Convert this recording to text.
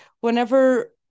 whenever